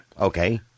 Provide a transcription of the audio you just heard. Okay